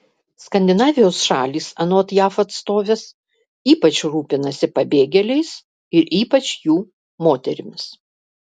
skandinavijos šalys anot jav atstovės ypač rūpinasi pabėgėliais ir ypač jų moterimis